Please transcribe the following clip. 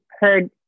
heard